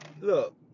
look